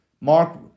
Mark